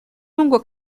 lungo